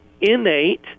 innate